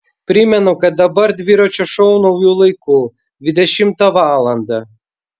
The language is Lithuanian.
primenu kad dabar dviračio šou nauju laiku dvidešimtą valandą